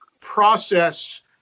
process